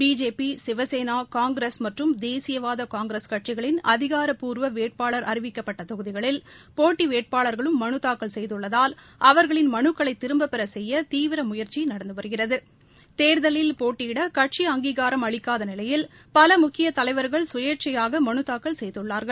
BJP Shiv Sena Congress மற்றும் தேசியவாத Congress கட்சிகளின் அதிகாரப்பூர்வ வேட்பாளர் அறிவிக்கப்பட்ட தொகுதிகளில் போட்டி வேட்பாளர்களும் மனுத்தாக்கல் செய்துள்ளதால் அவர்களின் மனுக்களை திரும்பப்பெற செய்ய தீவிர முயற்சி நடந்து வருகிறது தேர்தலில் போட்டியிட கட்சி அங்கீகாரம் அளிக்காத நிலையில் பல முக்கிய தலைவா்கள் சுயேட்சையாக மனுத்தாக்கல் செய்துள்ளார்கள்